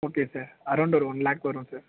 okay sir around ஒரு one lakh வரும் sir